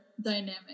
dynamic